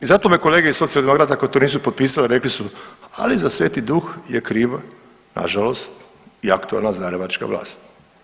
I zato me kolege iz Socijaldemokrate koje to nisu potpisali rekli su ali za Sveti Duh je kriv nažalost i aktualna zagrebačka vlast.